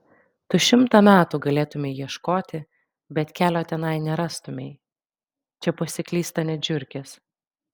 tu šimtą metų galėtumei ieškoti bet kelio tenai nerastumei čia pasiklysta net žiurkės